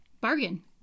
Bargain